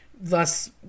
thus